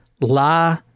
La